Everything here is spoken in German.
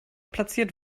platziert